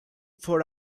for